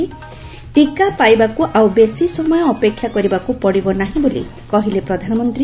ଟିକା ପାଇବାକୁ ଆଉ ବେଶୀ ସମୟ ଅପେକ୍ଷା କରିବାକୁ ପଡ଼ିବ ନାହି ବୋଲି କହିଲେ ପ୍ରଧାନମନ୍ତୀ